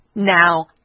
Now